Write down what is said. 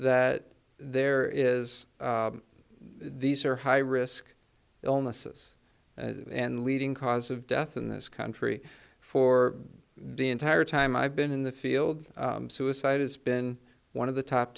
that there is these are high risk illnesses and leading cause of death in this country for the entire time i've been in the field suicide has been one of the top